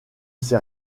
sait